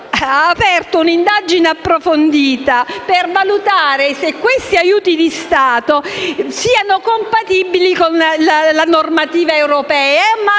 ha aperto un'indagine approfondita per valutare se questi aiuti di Stato siano compatibili con la normativa europea